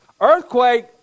earthquake